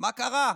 מה קרה?